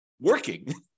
working